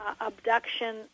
abduction